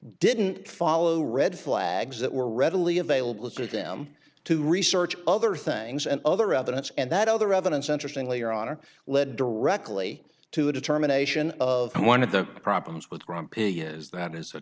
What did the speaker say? didn't follow red flags that were readily available to them to research other things and other evidence and that other evidence interesting later on or led directly to a determination of one of the problems with grumpy is that is